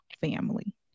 family